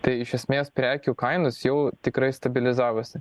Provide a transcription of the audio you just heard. tai iš esmės prekių kainos jau tikrai stabilizavosi